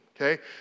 Okay